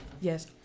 Yes